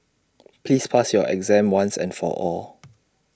please pass your exam once and for all